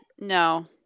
No